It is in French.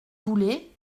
voulez